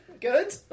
Good